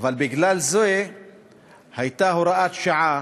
אבל בגלל זה הייתה הוראת שעה,